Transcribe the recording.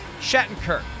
Shattenkirk